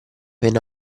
venne